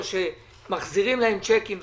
או שמחזירים להם צ'קים,